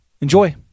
Enjoy